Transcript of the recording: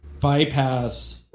bypass